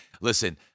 listen